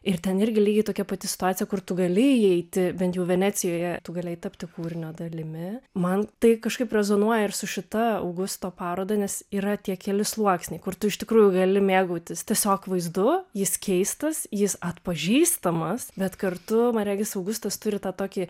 ir ten irgi lygiai tokia pati situacija kur tu gali įeiti bent jau venecijoje tu gali tapti kūrinio dalimi man tai kažkaip rezonuoja ir su šita augusto paroda nes yra tie keli sluoksniai kur tu iš tikrųjų gali mėgautis tiesiog vaizdu jis keistas jis atpažįstamas bet kartu man regis augustas turi tą tokį